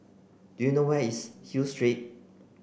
do you know where is Hill Street